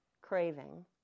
craving